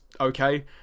okay